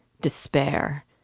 despair